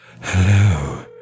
hello